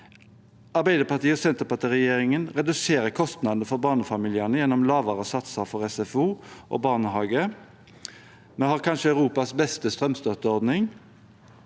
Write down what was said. Arbeiderparti–Senterparti-regjeringen reduserer kostnadene for barnefamiliene gjennom lavere satser for SFO og barnehage, vi har kanskje Europas beste strømstøtteordning,